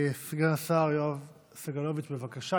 סגן השר יואב סגלוביץ', בבקשה.